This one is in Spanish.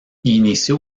inició